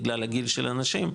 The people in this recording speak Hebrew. בגלל הגיל של האנשים,